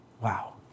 Wow